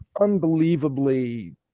unbelievably